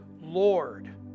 Lord